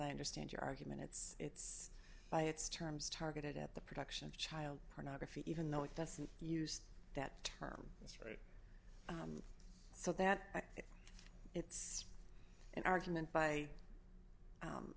i understand your argument it's it's by its terms targeted at the production of child pornography even though it doesn't use that term that's right so that it's an argument by